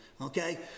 okay